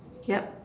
yup